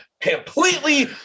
completely